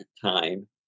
time